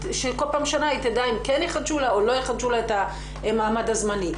שכל שנה תדע אם כן יחדשו לה או לא יחדשו לה את המעמד הזמני?